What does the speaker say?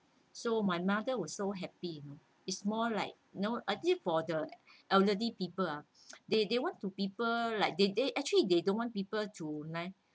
so my mother was so happy you know it's more like you know I think for the elderly people ah they they want to people like they they actually they don't want people to nine